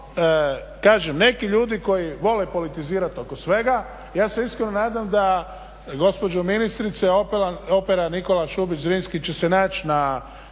kažem, neki ljudi koji vole politizirat oko svega, ja se iskreno nadam da gospođo ministrice opera "Nikola Šubić Zrinski" će se naći na